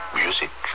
music